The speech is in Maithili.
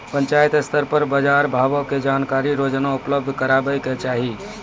पंचायत स्तर पर बाजार भावक जानकारी रोजाना उपलब्ध करैवाक चाही?